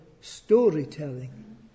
storytelling